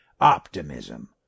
optimism